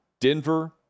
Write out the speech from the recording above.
Denver